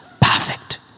Perfect